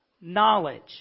knowledge